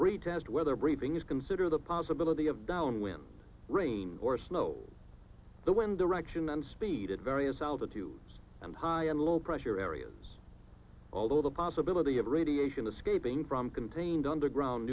pre test whether breathing is consider the possibility of down wind rain or snow the wind direction and speed of various out of the two and high and low pressure areas although the possibility of radiation escaping from contained underground